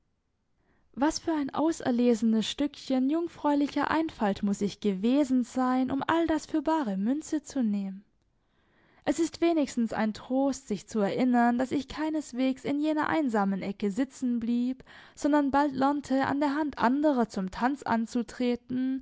was für ein auserlesenes stückchen jungfräulicher einfalt muß ich gewesen sein um all das für bare münze zu nehmen es ist wenigstens ein trost sich zu erinnern daß ich keineswegs in jener einsamen ecke sitzen blieb sondern bald lernte an der hand anderer zum tanz anzutreten